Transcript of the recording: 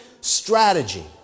strategy